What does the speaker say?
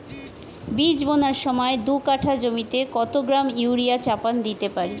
বীজ বোনার সময় দু কাঠা জমিতে কত গ্রাম ইউরিয়া চাপান দিতে পারি?